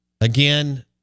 again